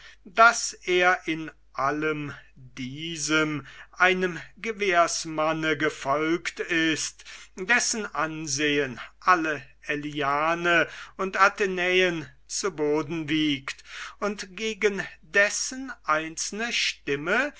daß er in allem diesem einem gewährsmanne gefolget ist dessen ansehen alle aeliane und athenäen zu boden wiegt und gegen dessen einzelne stimme